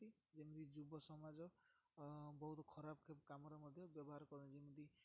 ଯେମିତି ଯୁବସମାଜ ବହୁତ ଖରାପ କାମରେ ମଧ୍ୟ ବ୍ୟବହାର କରନ୍ତି ଯେମିତି